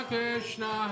Krishna